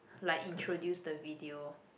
like introduce the video